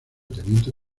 teniente